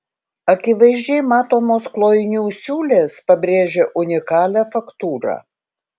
akivaizdžiai matomos klojinių siūlės pabrėžia unikalią faktūrą